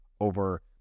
over